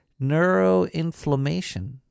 neuroinflammation